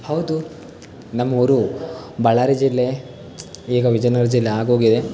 ಹೌದು ನಮ್ಮೂರು ಬಳ್ಳಾರಿ ಜಿಲ್ಲೆ ಈಗ ವಿಜಯನಗರ ಜಿಲ್ಲೆ ಆಗೋಗಿದೆ